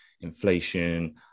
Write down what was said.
inflation